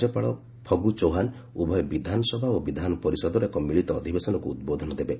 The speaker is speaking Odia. ରାଜ୍ୟପାଳ ଫଗୁ ଚୌହାନ୍ ଉଭୟ ବିଧାନସଭା ଓ ବିଧାନ ପରିଷଦର ଏକ ମିଳିତ ଅଧିବେଶନକୁ ଉଦ୍ବୋଧନ ଦେବେ